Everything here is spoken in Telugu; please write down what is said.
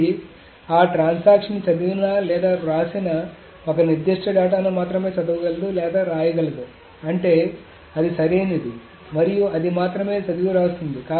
ఇది ఆ ట్రాన్సాక్షన్ ని చదివిన లేదా వ్రాసిన ఒక నిర్దిష్ట డేటాను మాత్రమే చదవగలదు లేదా రాయగలదు అంటే అది సరియైనది మరియు అది మాత్రమే చదివి వ్రాస్తుంది